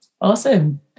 Awesome